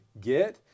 get